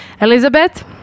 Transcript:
Elizabeth